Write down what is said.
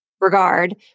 regard